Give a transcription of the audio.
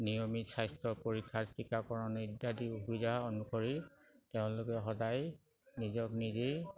নিয়মিত স্বাস্থ্য পৰীক্ষাত টীকাকৰণৰ ইত্যাদি সুবিধা অনুসৰি তেওঁলোকে সদায় নিজক নিজেই